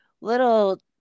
little